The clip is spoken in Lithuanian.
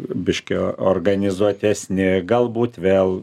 biškį organizuotesni galbūt vėl